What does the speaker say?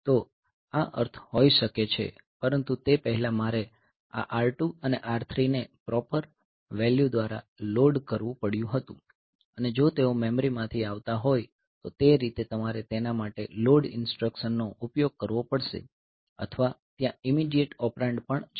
તો આ અર્થ હોઈ શકે છે પરંતુ તે પહેલાં મારે આ R2 અને R3 ને પ્રોપર વેલ્યૂ દ્વારા લોડ કરવું પડ્યું હતું અને જો તેઓ મેમરી માંથી આવતા હોઈ તો તે રીતે તમારે તેના માટે લોડ ઇન્સટ્રકશન નો ઉપયોગ કરવો પડશે અથવા ત્યાં ઇમિડિયેટ ઓપરેન્ડ્સ પણ છે